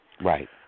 Right